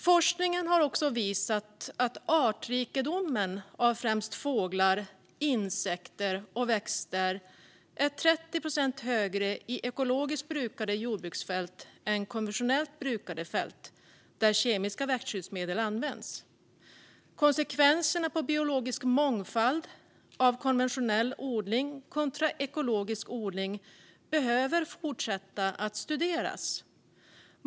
Forskningen har visat att artrikedomen av främst fåglar, insekter och växter är 30 procent högre i ekologiskt brukade jordbruksfält än konventionellt brukade fält där kemiska växtskyddsmedel används. Konsekvenserna för biologisk mångfald av konventionell odling kontra ekologisk odling behöver fortsätta att studeras.